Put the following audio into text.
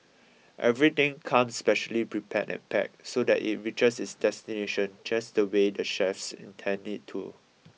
everything comes specially prepared and packed so that it reaches its destination just the way the chefs intend it to